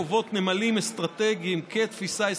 קובעות נמלים אסטרטגיים כתפיסה אסטרטגית.